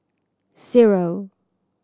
zero